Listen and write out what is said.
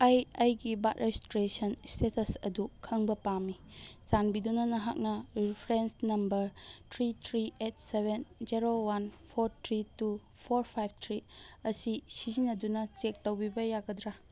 ꯑꯩ ꯑꯩꯒꯤ ꯕꯥꯔꯠ ꯔꯦꯖꯤꯁꯇ꯭ꯔꯦꯁꯟꯒꯤ ꯏꯁꯇꯦꯇꯁ ꯑꯗꯨ ꯈꯪꯕ ꯄꯥꯝꯃꯤ ꯆꯥꯟꯕꯤꯗꯨꯅ ꯅꯍꯥꯛꯅ reference number three three eight seven zero one four three two four five three ꯑꯁꯤ ꯁꯤꯖꯤꯟꯅꯗꯨꯅ ꯆꯦꯛ ꯇꯧꯕꯤꯕ ꯌꯥꯒꯗ꯭ꯔꯥ